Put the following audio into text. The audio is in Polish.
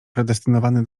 predestynowany